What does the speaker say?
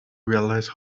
realize